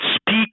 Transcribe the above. speak